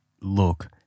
look